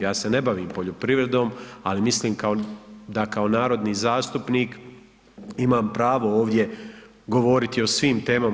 Ja se ne bavim poljoprivredom, ali mislim da kao narodni zastupnik imam pravo ovdje govoriti o svim temama.